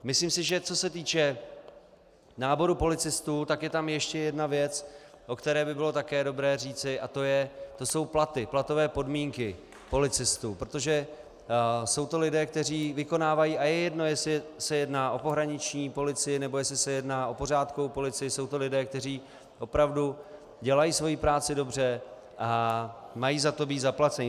Myslím si, že co se týče náboru policistů, tak je tam ještě jedna věc, o které by bylo také dobré říci, to jsou platy, platové podmínky policistů, protože jsou to lidé, kteří vykonávají a je jedno, jestli se jedná o pohraniční policii, nebo jestli se jedná o pořádkovou policii jsou to lidé, kteří opravdu dělají svoji práci dobře a mají za to být zaplaceni.